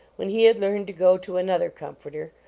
when he had learned to go to another com forter,